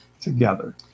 together